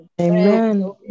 Amen